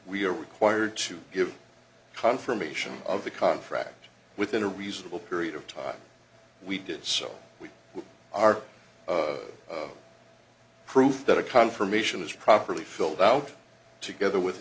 we are required to give confirmation of the contract within a reasonable period of time we did so we are proof that a confirmation is properly filled out together with